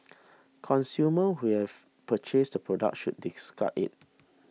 consumers who have purchased the product should discard it